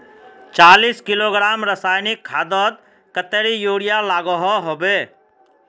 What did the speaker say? चालीस किलोग्राम रासायनिक खादोत कतेरी यूरिया लागोहो होबे?